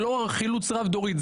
זה לא חילוץ רב דורי,